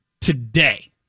today